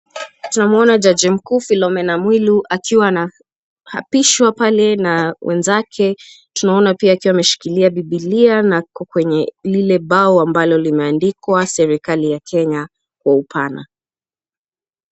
Tunamuona jaji mkuu Philomena Mwilu akiwa anaapishwa pale na wenzake. Tunaona pia akiwa anashikilia Biblia na ako kwenye lile mbao ambalo limeandikwa serikali ya Kenya kwa upana.